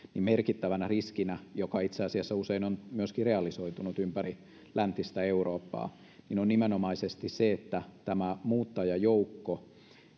merkittävänä riskinä joka itse asiassa usein on myöskin realisoitunut ympäri läntistä eurooppaa on nimenomaisesti se että tämä muuttajajoukko